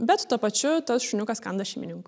bet tuo pačiu tas šuniukas kanda šeimininkui